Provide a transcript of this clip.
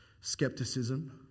skepticism